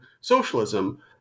socialism